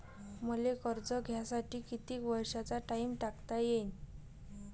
मले कर्ज घ्यासाठी कितीक वर्षाचा टाइम टाकता येईन?